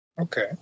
okay